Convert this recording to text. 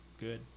good